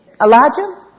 Elijah